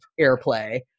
airplay